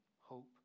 hope